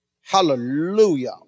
Hallelujah